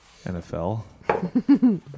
nfl